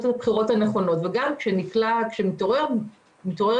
את הבחירות הנכונות וגם כאשר מתעוררת בעיה,